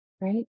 right